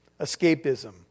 Escapism